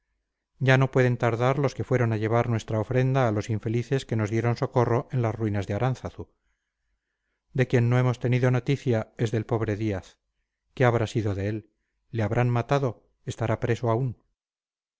ya no pueden tardar los que fueron a llevar nuestra ofrenda a los infelices que nos dieron socorro en las ruinas de aránzazu de quien no hemos tenido noticia es del pobre díaz qué habrá sido de él le habrán matado estará preso aún